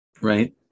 Right